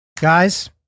Guys